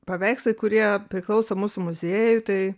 paveikslai kurie priklauso mūsų muziejui tai